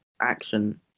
action